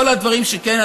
כל הדברים שכן,